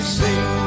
sing